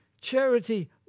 Charity